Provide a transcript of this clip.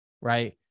right